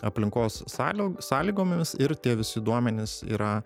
aplinkos sąlio sąlygomis ir tie visi duomenys yra